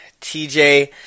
TJ